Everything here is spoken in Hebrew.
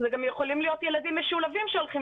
גם יכולים להיות ילדים משולבים שהולכים